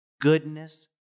goodness